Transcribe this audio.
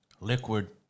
Liquid